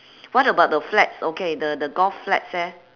what about the flags okay the the golf flags eh